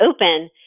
open